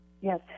Yes